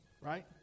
right